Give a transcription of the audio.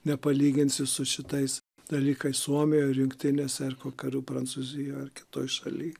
nepalyginsi su šitais dalykais suomijoj ar jungtinėse ar ko karų prancūzijoj ar kitoj šaly